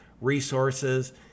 resources